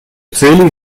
целей